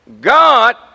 God